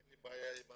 אין לי בעיה עם